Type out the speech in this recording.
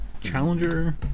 Challenger